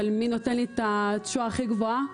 של מי נותן לי את התשואה הכי גדולה,